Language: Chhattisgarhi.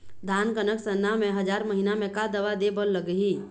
धान कनक सरना मे हजार महीना मे का दवा दे बर लगही?